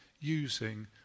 using